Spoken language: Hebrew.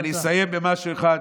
אני אסיים במשהו אחד.